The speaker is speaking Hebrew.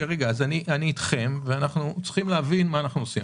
אני אתכם ואנחנו צריכים להבין מה אנחנו עושים.